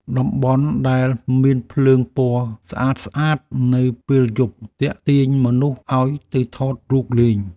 តំបន់ដែលមានភ្លើងពណ៌ស្អាតៗនៅពេលយប់ ទាក់ទាញមនុស្សឱ្យទៅថតរូបលេង។